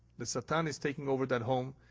the satan is taking over that home.